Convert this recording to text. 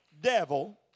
devil